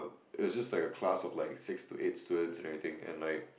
it's just like a class of like six to eight students and everything and like